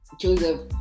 Joseph